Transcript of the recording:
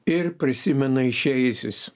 ir prisimena išėjusius